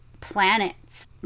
planets